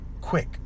quick